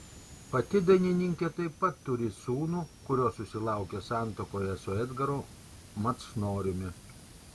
pati dainininkė taip pat turi sūnų kurio susilaukė santuokoje su edgaru macnoriumi